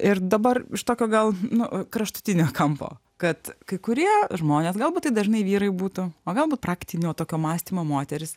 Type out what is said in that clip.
ir dabar iš tokio gal nu kraštutinio kampo kad kai kurie žmonės galbūt tai dažnai vyrai būtų o galbūt praktinio tokio mąstymo moteris